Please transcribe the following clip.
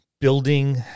building